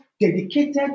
dedicated